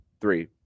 three